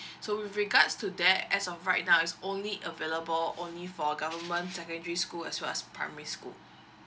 so with regards to that as of right now it's only available only for government secondary school as well as primary school